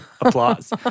Applause